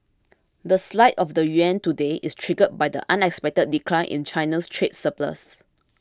the slide of the yuan today is triggered by the unexpected decline in China's trade surplus